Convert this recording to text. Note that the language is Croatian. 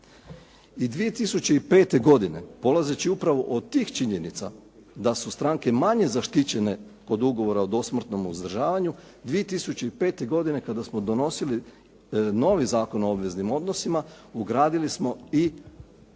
I 2005. godine, polazeći upravo od tih činjenica da su stranke manje zaštićene kod ugovora o dosmrtnom uzdržavanju, 2005. godine kada smo donosili novi Zakon o obveznim odnosima ugradili smo i odredbe